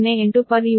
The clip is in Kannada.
08 ಪರ್ ಯೂನಿಟ್